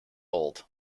old